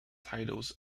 titles